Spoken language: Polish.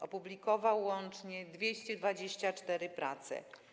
Opublikował łącznie 224 prace.